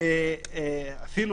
אפילו,